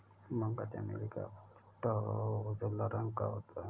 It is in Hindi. मूंगा चमेली का फूल छोटा और उजला रंग का होता है